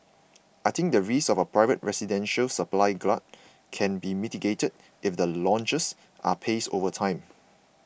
I think the risk of a private residential supply glut can be mitigated if the launches are paced over time